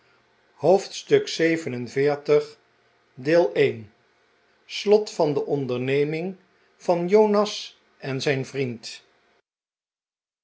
hoofdstuk xlii vervolg van de onderneming van jonas en zijn vriend